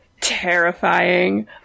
terrifying